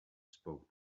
spoke